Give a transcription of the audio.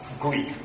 Greek